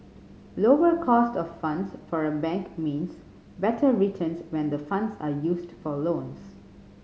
lower cost of funds for a bank means better returns when the funds are used for loans